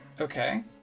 Okay